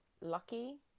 lucky